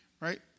right